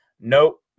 nope